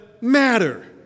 matter